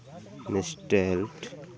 nestle